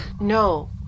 No